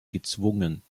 gezwungen